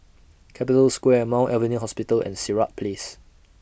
Capital Square Mount Alvernia Hospital and Sirat Place